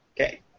Okay